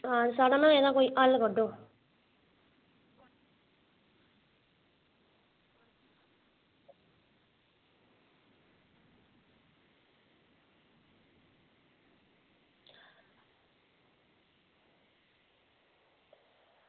ते मैड़म एह्दा कोई हल्ल कड्ढो